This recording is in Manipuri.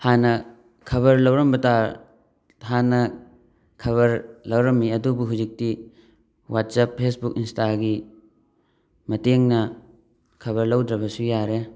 ꯍꯥꯟꯅ ꯈꯕꯔ ꯂꯧꯔꯝꯕꯇ ꯍꯥꯟꯅ ꯈꯕꯔ ꯂꯧꯔꯝꯃꯤ ꯑꯗꯨꯕꯨ ꯍꯧꯖꯤꯛꯇꯤ ꯋꯥꯠꯆꯞ ꯐꯦꯁꯕꯨꯛ ꯏꯟꯁꯇꯥꯒꯤ ꯃꯇꯦꯡꯅ ꯈꯕꯔ ꯂꯧꯗ꯭ꯔꯕꯁꯨ ꯌꯥꯔꯦ